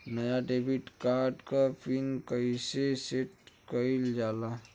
नया debit card क PIN कईसे सेट कईल जाला?